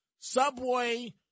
Subway